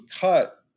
cut